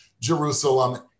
Jerusalem